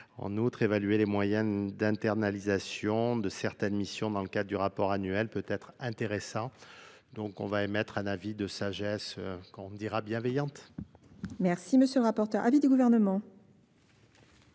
en outre évaluer les moyens d'internalisation de certaines missions dans le cadre du rapport annuel peut être intéressant, on va émettre un avis de sagesse qu'on de sagesse qu'on dira bienveillante. Si M. le rapporteur, avis du Gouvernement.